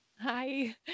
Hi